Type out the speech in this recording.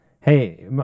Hey